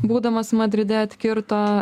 būdamas madride atkirto